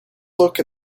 look